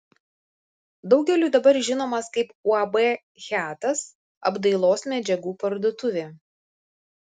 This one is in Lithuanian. daugeliui dabar žinomas kaip uab hiatas apdailos medžiagų parduotuvė